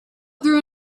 through